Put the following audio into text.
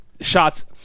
shots